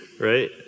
right